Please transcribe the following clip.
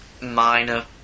minor